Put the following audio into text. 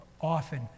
often